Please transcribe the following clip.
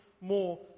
more